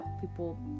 people